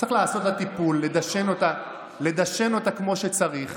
צריך לעשות לה טיפול, לדשן אותה כמו שצריך